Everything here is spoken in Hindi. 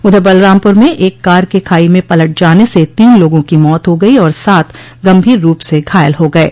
उधर बलरामपुर में एक कार के खाई में पलट जाने से तीन लोगों की मौत हो गई और सात गंभीर रूप से घायल हो गये